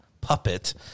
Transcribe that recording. puppet